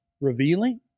revealing